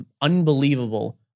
unbelievable